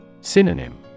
Synonym